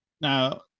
Now